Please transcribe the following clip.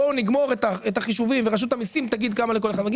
בואו נגמור את החישובים ורשות המיסים תגיד מה לכול אחד מגיע.